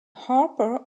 harper